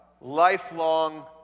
lifelong